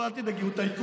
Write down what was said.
אל תדאגי, הוא טייקון.